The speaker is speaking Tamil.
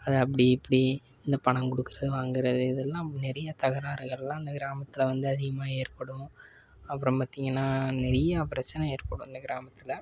அதை அப்படி இப்படி இந்த பணம் கொடுக்குறது வாங்குகிறது இதெல்லாம் நிறைய தகராறுகள்லாம் அந்த கிராமத்தில் வந்து அதிகமாக ஏற்படும் அப்புறம் பார்த்திங்கன்னா நிறையா பிரச்சனை ஏற்படும் இந்த கிராமத்தில்